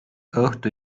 õhtu